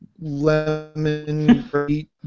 lemon